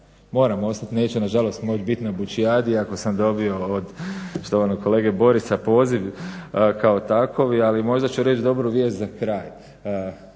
moram ostat, neću nažalost moć bit na bučijadi iako sam dobio od štovanog kolege Borisa poziv kao takovi, ali možda ću reći dobru vijest za kraj.